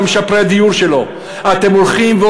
ממשפרי הדיור אתם הולכים לקחת,